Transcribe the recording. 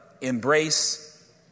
embrace